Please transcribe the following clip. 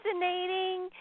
fascinating